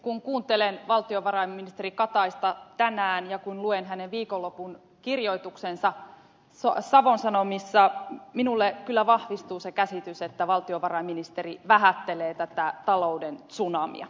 kun kuuntelen valtiovarainministeri kataista tänään ja kun luen hänen viikonlopun kirjoituksensa savon sanomissa minulle kyllä vahvistuu se käsitys että valtiovarainministeri vähättelee tätä talouden tsunamia